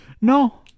No